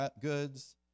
goods